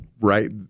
right –